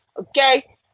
Okay